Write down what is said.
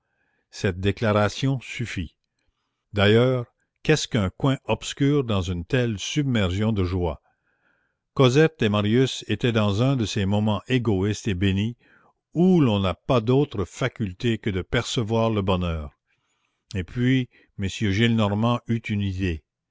cette déclaration suffit d'ailleurs qu'est-ce qu'un coin obscur dans une telle submersion de joie cosette et marius étaient dans un de ces moments égoïstes et bénis où l'on n'a pas d'autre faculté que de percevoir le bonheur et puis